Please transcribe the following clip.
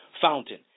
fountain